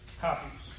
copies